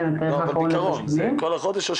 יום אחרון לתשלומים.